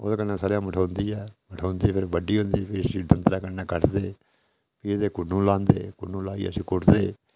ओह्दे कन्नै सरयां मठोंदीं ऐ फिर बड्डी होंदी फ्ही इस्सी दंदलें कन्नै बड्डदे फ्ही एह्दे कुन्नू लांदे फ्ही कुन्नू लाइयै इस्सी कुट्टदे